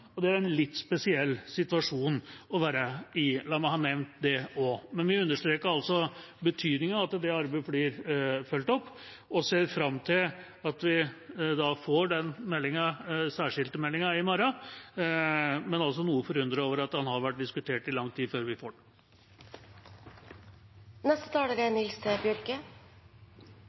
og det er en litt spesiell situasjon å være i. La meg ha nevnt det også. Men vi understreket altså betydningen av at det arbeidet blir fulgt opp, og ser fram til at vi får den særskilte meldinga i morgen, men er også noe forundret over at den har vært diskutert i lang tid før vi får den.